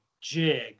jig